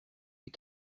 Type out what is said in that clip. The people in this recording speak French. les